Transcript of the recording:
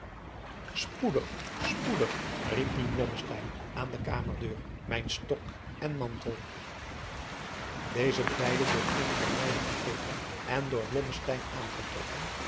spoedig spoedig riep nu blommesteyn aan de kamerdeur mijn stok en mantel deze beide door eene der meiden gegeven en door blommesteyn aangetrokken